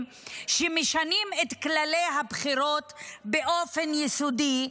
שמשנים את כללי הבחירות באופן יסודי,